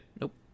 nope